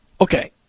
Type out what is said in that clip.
Okay